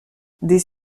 des